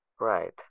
Right